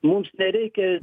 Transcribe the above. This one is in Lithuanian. mums nereikia